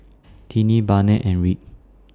Tiney Barnett and Rick